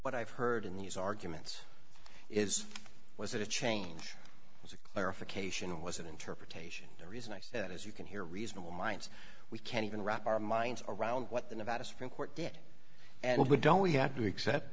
what i've heard in these arguments is was that a change was a clarification was an interpretation the reason i said as you can hear reasonable minds we can't even wrap our minds around what the nevada supreme court did and would only have to accept